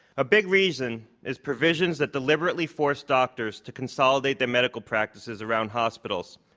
a big reason is provisions that deliberately force doctors to consolidate their medical practices around hospitals.